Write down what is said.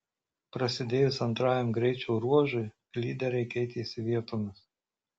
prasidėjus antrajam greičio ruožui lyderiai keitėsi vietomis